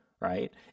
right